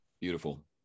beautiful